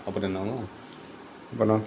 அப்புறம் என்னவாம் அப்புறம்